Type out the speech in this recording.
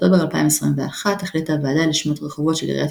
באוקטובר 2021 החליטה הוועדה לשמות רחובות של עיריית